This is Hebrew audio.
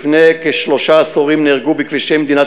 לפני כשלושה עשורים נהרגו בכבישי מדינת